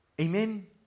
Amen